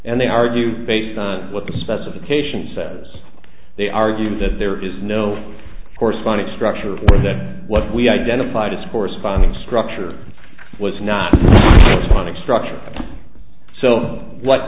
and they argue based on what the specifications says they argue that there is no corresponding structure or that what we identified as corresponding structure was not planning structure so what